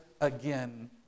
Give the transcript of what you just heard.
again